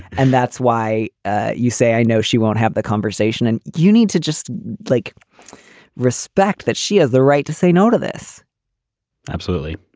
and that's why ah you say, i know she won't have the conversation and you need to just like respect that she has the right to say no to this absolutely.